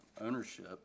ownership